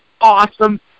awesome